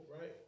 right